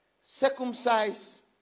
circumcise